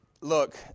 Look